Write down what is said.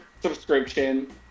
subscription